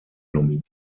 nominiert